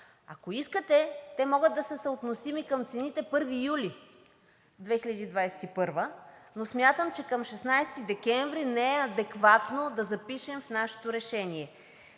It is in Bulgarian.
Ако искате, те могат да са съотносими към цените от 1 юли 2021 г., но смятам, че към 16 декември 2021 г. не е адекватно да запишем в нашето решение.